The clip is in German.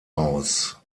aus